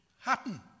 happen